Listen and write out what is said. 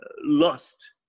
lost